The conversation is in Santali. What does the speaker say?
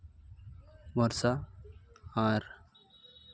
ᱵᱷᱚᱨᱥᱟ ᱟᱨ